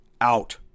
out